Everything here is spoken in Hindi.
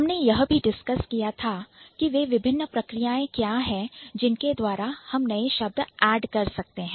हमने यह भी discuss डिस्कस किया था की वे विभिन्न प्रक्रियाएं क्या है जिनके द्वारा हम नए शब्द Add कर सकते हैं